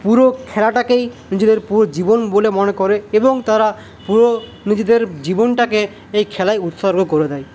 পুরো খেলাটাকেই নিজেদের পুরো জীবন বলে মনে করে এবং তারা পুরো নিজেদের জীবনটাকে এই খেলায় উৎসর্গ করে দেয়